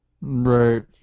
Right